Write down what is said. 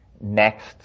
Next